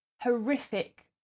horrific